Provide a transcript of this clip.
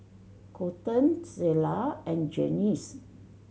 Colten Zella and Glennis